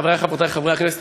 חברי וחברותי חברי הכנסת,